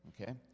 okay